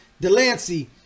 Delancey